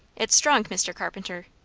it's strong, mr. carpenter.